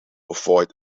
avoid